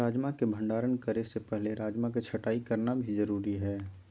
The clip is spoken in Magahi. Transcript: राजमा के भंडारण करे से पहले राजमा के छँटाई करना भी जरुरी हय